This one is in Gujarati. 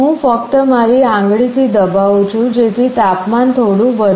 હું ફક્ત મારી આંગળીથી દબાવું છું જેથી તાપમાન થોડું વધે